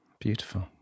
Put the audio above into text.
Beautiful